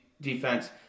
defense